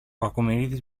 κακομοιρίδης